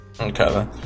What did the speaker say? okay